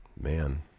Man